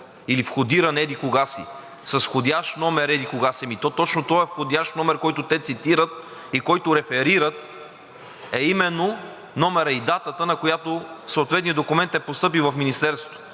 или входиран еди-кога си, с входящ номер еди-кога си“ и точно този входящ номер, който те цитират и който реферират, е именно номерът и датата, на която съответният документ е постъпил в министерството.